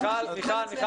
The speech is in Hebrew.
מיכל,